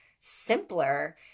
simpler